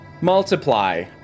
Multiply